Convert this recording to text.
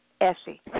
Essie